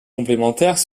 complémentaires